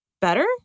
better